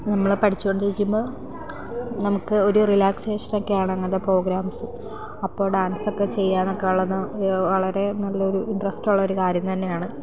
നമ്മൾ പഠിച്ചുകൊണ്ടിരിക്കുമ്പോൾ നമുക്ക് ഒരു റിലാക്സേഷനൊക്കെയാണ് അങ്ങനത്തെ പ്രോഗ്രാംസ് അപ്പോൾ ഡാൻസൊക്കെ ചെയ്യാമെന്നൊക്കെയുള്ളത് വളരെ നല്ലൊരു ഇൻട്രസ്റ്റുള്ളൊരു കാര്യം തന്നെയാണ്